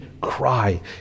cry